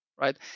right